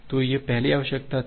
तो यह पहली आवश्यकता थी